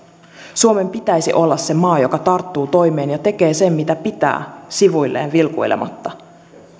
suomen pitäisi olla se maa joka tarttuu toimeen ja tekee sen mitä pitää sivuilleen vilkuilematta